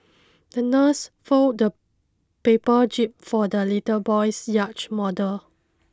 the nurse folded a paper jib for the little boy's yacht model